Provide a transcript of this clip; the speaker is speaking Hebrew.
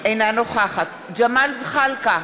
אינה נוכחת ג'מאל זחאלקה,